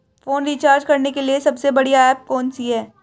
Phone recharge करने के लिए सबसे बढ़िया ऐप कौन सी है?